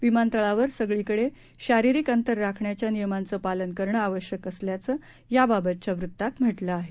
विमानतळावर सगळीकडे शारीरिक अंतर राखण्याच्या नियमाचं पालन करणं आवश्यक असल्याचं याबाबतच्या वृत्तात म्हटलं आहे